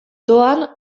doan